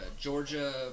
Georgia